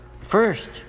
first